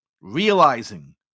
realizing